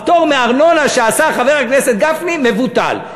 הפטור מארנונה שעשה חבר הכנסת גפני מבוטל.